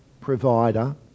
provider